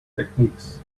techniques